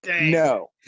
No